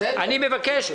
אני מבקש,